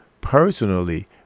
personally